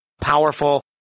powerful